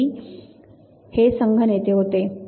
मैती हे संघ नेते होते